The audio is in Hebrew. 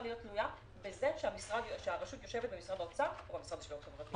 להיות תלויה בזה שהרשות יושבת במשרד האומר או במשרד לשוויון חברתי.